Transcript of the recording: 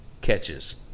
catches